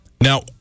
Now